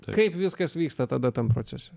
kaip viskas vyksta tada tam procese